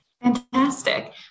Fantastic